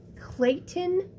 Clayton